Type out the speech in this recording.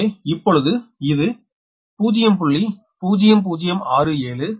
எனவே இப்பொழுது இது 0